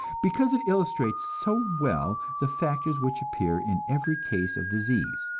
because it illustrates so well the factors which appear in every case of disease,